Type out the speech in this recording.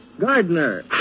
Gardner